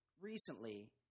recently